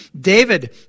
David